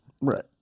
right